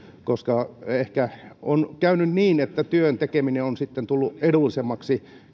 koska ehkä on käynyt niin että työn tekeminen on sitten tullut edullisemmaksi